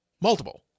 multiple